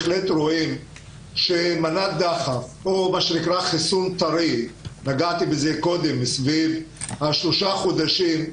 מנת דחף או חיסון טרי בן שלושה חודשים,